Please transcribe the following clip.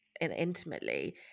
intimately